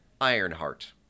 Ironheart